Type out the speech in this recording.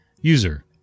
User